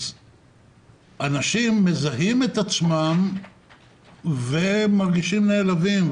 אנשים מזהים את עצמם ומרגישים נעלבים.